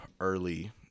early